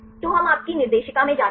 तो हम आपकी निर्देशिका में जाते हैं